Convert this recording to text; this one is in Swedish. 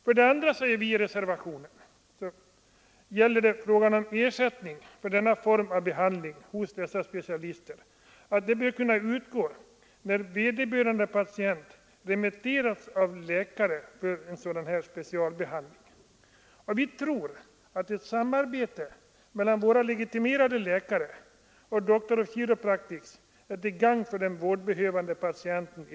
För det andra säger vi i reservationen att ersättning för denna form av behandling hos dessa specialister bör utgå när vederbörande patient remitterats dit av läkare. Vi tror att ett samarbete mellan våra legitimerade läkare och Doctors of Chiropractic är till gagn för den vårdbehövande patienten.